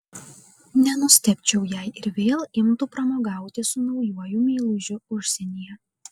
nenustebčiau jei ir vėl imtų pramogauti su naujuoju meilužiu užsienyje